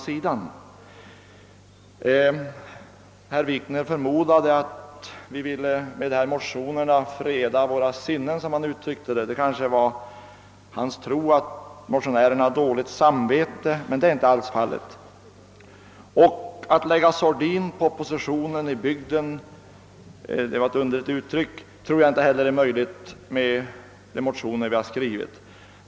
Herr Wikner förmodade att vi med dessa motioner ville freda våra sinnen. Det kanske var hans tro att motionärerna har dåligt samvete, men det är inte alls fallet. Att lägga sordin på oppo Sitionen i bygden — ett underligt uttryck — tror jag inte heller är möjligt att göra med de motioner vi har skrivit.